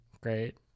great